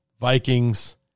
Vikings